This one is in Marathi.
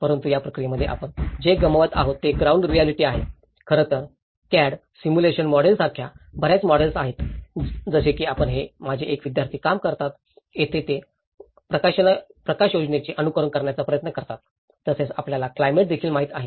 परंतु या प्रक्रियेमध्ये आपण जे गमावत आहोत ते ग्राउंड रिऍलिटी आहे खरं तर CAD सिम्युलेशन मॉडेल सारख्या बर्याच मॉडेल्स आहेत जसे की हे माझे एक विद्यार्थी काम करतात जेथे ते प्रकाशयोजनांचे अनुकरण करण्याचा प्रयत्न करतात तसेच आपल्याला क्लायमेट देखील माहित आहे